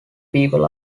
people